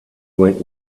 went